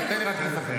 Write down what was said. תן רק לספר.